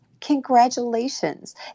Congratulations